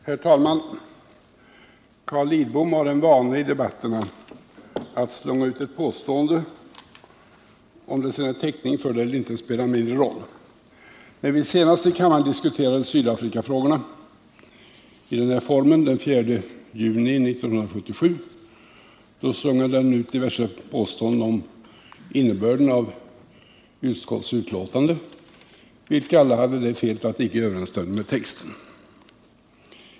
Herr talman! Carl Lidbom har en vana att i debatterna slunga ut påståenden — om det sedan finns täckning för dem eller inte spelar mindre roll. När vi senast diskuterade Sydafrikafrågorna i kammaren i den här formen — det var den 4 juni 1977 — slungade han ut diverse påståenden om innebörden av utskottets betänkande, vilka alla hade det felet att de icke överensstämde med texten.